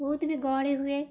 ବହୁତ ବି ଗହଳି ହୁଏ